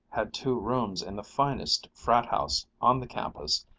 had two rooms in the finest frat house on the campus,